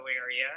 area